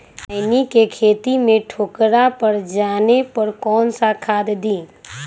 खैनी के खेत में ठोकरा पर जाने पर कौन सा खाद दी?